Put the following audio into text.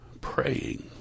praying